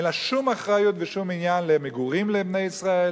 אין לה שום אחריות בשום עניין למגורים לבני ישראל,